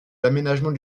l’aménagement